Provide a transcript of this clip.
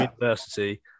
University